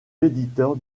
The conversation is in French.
l’éditeur